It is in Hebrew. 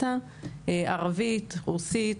ערבית, רוסית.